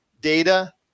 Data